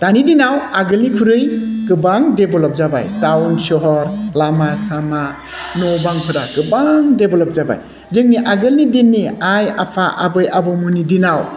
दानि दिनाव आगोलनिख्रुइ गोबां डेभलप जाबाय टाउन सोहोर लामा सामा न' बां फोरा गोबां डेभेलप जाबाय जोंनि आगोलनि दिननि आइ आफा आबै आबौमोननि दिनाव